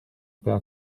pea